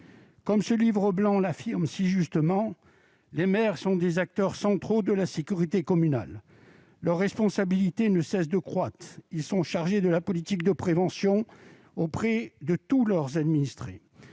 Comme ce livre blanc l'affirme si justement, les maires sont des acteurs centraux de la sécurité communale. Leur responsabilité ne cesse de croître. Ils sont chargés de la politique de prévention auprès de tous leurs administrés.